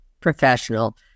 professional